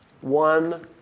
one